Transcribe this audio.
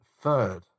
third